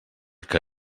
que